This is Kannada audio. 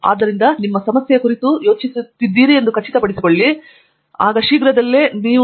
ಆದ್ದರಿಂದ ನೀವು ಸಮಸ್ಯೆಯ ಕುರಿತು ಯೋಚಿಸುತ್ತಿದ್ದೀರಿ ಎಂದು ಖಚಿತಪಡಿಸಿಕೊಳ್ಳಿ ಮತ್ತು ನೀವು ಶೀಘ್ರದಲ್ಲೇ ನಿಧಿ ನಿಮ್ಮದಾಗುತ್ತದೆ